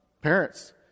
Parents